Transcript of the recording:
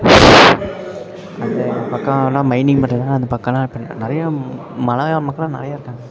அந்த பக்கமெலாம் மைனிங் பண்ணுறதுலாம் அந்த பக்கமெலாம் இப்போ நிறையா மலைவாழ் மக்களெலாம் நிறையா இருக்காங்க